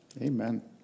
Amen